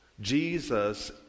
Jesus